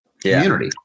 community